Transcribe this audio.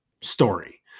story